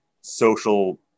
social